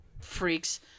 freaks